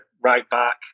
right-back